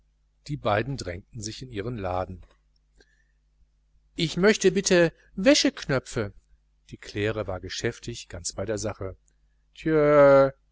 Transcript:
die beiden drängten sie in ihren laden ich möchte bitte wäscheknöpfe die claire war geschäftig ganz bei der sache